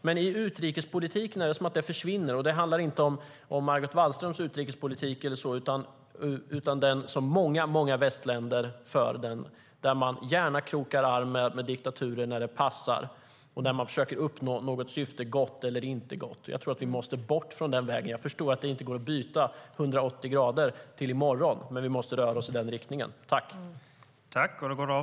Men det försvinner i utrikespolitiken. Det handlar inte om Margot Wallströms utrikespolitik utan om den som många västländer för. Man krokar gärna arm med diktaturer när det passar och när man försöker uppnå något syfte - gott eller inte. Vi måste bort från den vägen. Jag förstår att det inte går att vända 180 grader till i morgon. Men vi måste röra oss i den riktningen.